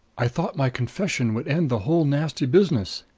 i thought my confession would end the whole nasty business,